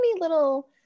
little